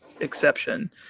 exception